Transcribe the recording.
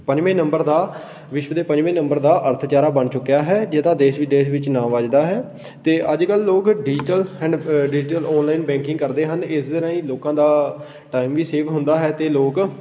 ਪੰਜਵੇਂ ਨੰਬਰ ਦਾ ਵਿਸ਼ਵ ਦੇ ਪੰਜਵੇਂ ਨੰਬਰ ਦਾ ਅਰਥਚਾਰਾ ਬਣ ਚੁੱਕਿਆ ਹੈ ਜਿਹਦਾ ਦੇਸ਼ ਵਿਦੇਸ਼ ਵਿੱਚ ਨਾਂ ਵੱਜਦਾ ਹੈ ਅਤੇ ਅੱਜ ਕੱਲ੍ਹ ਲੋਕ digital and digital online banking ਕਰਦੇ ਹਨ ਇਸ ਦੇ ਰਾਹੀਂ ਲੋਕਾਂ ਦਾ ਟਾਈਮ ਵੀ ਸੇਵ ਹੁੰਦਾ ਹੈ ਅਤੇ ਲੋਕ